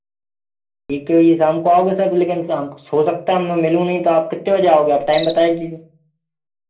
ठीक तो ये शाम को आओगे सर लेकिन शाम हो सकता है मैं मिलूं नहीं तो आप कितने बजे आओगे आप टाइम बता दीजिए